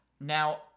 Now